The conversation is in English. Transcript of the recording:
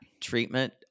treatment